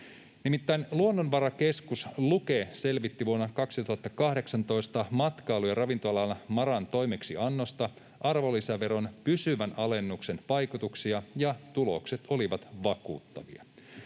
Nimittäin Luonnonvarakeskus Luke selvitti vuonna 2018 matkailu- ja ravintola-alan MaRan toimeksiannosta arvonlisäveron pysyvän alennuksen vaikutuksia, ja tulokset olivat vakuuttavia: